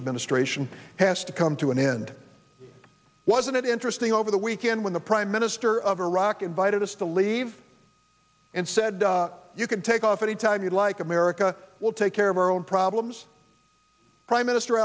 administration has to come to an end wasn't it interesting over the weekend when the prime minister of iraq invited us to leave and said you can take off any time you'd like erica will take care of our own problems prime minister